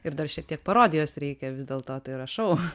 ir dar šiek tiek parodijos reikia vis dėlto tai yra šou